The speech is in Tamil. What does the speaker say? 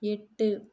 எட்டு